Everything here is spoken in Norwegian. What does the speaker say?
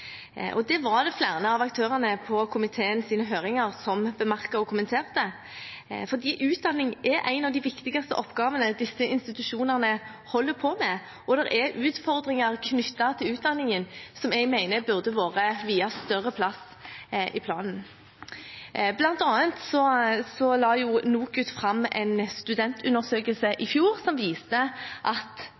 utdanning. Det var det flere av aktørene på komiteens høringer som bemerket og kommenterte, for utdanning er en av de viktigste oppgavene disse institusjonene holder på med, og det er utfordringer knyttet til utdanningen som jeg mener burde vært viet større plass i planen. Blant annet la NOKUT fram en studentundersøkelse i fjor som viste at